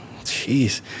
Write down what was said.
jeez